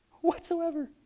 Whatsoever